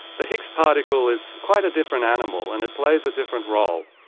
the higgs particle is quite a different animal and it plays a different role,